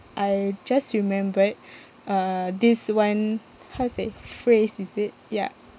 I just remembered uh this one how to say phrase is it ya